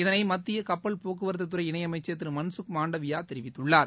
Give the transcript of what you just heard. இதனை மத்திய கப்பல் போக்குவரத்துறை இணயமைச்சர் திரு மன்சுக் மாண்டவியா தெரிவித்துள்ளார்